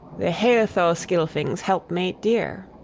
the heathoscylfing's helpmate dear.